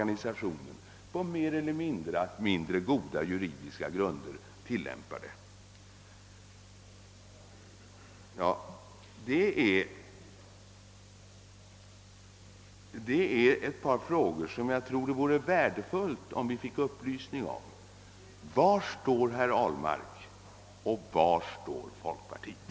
Detta är några saker som jag tror att det vore värdefullt att få upplysning om. Var står herr Ahlmark och var står folkpartiet?